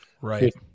right